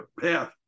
path